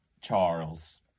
Charles